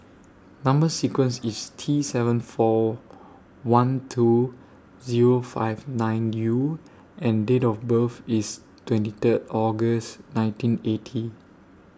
Number sequence IS T seven four one two Zero five nine U and Date of birth IS twenty Third August nineteen eighty